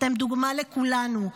אתם דוגמה לכולנו.